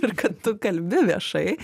ir kad tu kalbi viešai